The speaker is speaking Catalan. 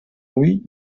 ull